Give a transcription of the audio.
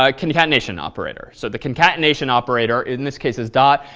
ah concatenation operator. so the concatenation operator, in this case, is dot.